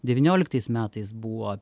devynioliktais metais buvo